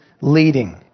leading